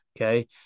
okay